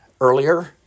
earlier